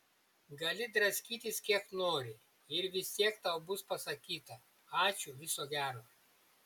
gali draskytis kiek nori ir vis tiek tau bus pasakyta ačiū viso gero